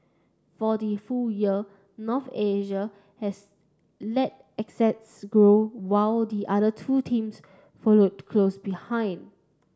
for the full year North Asia has led asset grow while the other two teams followed close behind